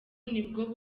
nibwo